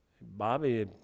Bobby